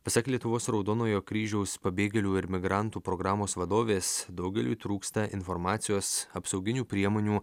pasak lietuvos raudonojo kryžiaus pabėgėlių ir migrantų programos vadovės daugeliui trūksta informacijos apsauginių priemonių